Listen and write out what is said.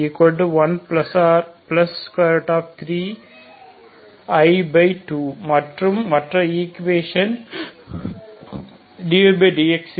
113i2 மற்றும் மற்ற ஈக்குவேஷன்கள் dydxBB2 4AC2A 1 12 4